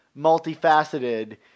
multifaceted